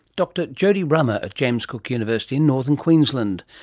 dr jodie rummer at james cook university in northern queensland.